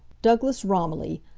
douglas romilly,